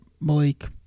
Malik